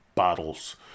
bottles